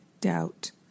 doubt